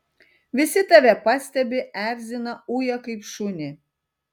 visi tave pastebi erzina uja kaip šunį